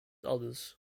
others